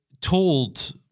told